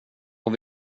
och